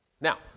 Now